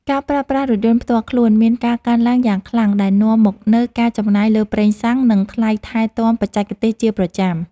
ការប្រើប្រាស់រថយន្តផ្ទាល់ខ្លួនមានការកើនឡើងយ៉ាងខ្លាំងដែលនាំមកនូវការចំណាយលើប្រេងសាំងនិងថ្លៃថែទាំបច្ចេកទេសជាប្រចាំ។